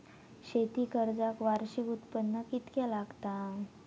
शेती कर्जाक वार्षिक उत्पन्न कितक्या लागता?